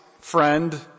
friend